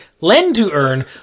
lend-to-earn